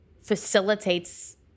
facilitates